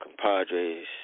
compadres